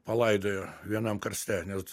palaidojo vienam karste net